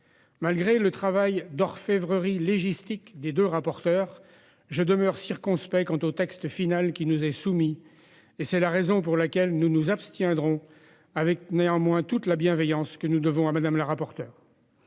Malgré le travail d'orfèvrerie légistique des deux rapporteurs, nous demeurons circonspects quant au texte final qui nous est soumis. C'est la raison pour laquelle nous nous abstiendrons, avec néanmoins toute la bienveillance que nous devons à Mme la rapporteure.